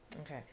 Okay